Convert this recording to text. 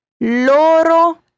Loro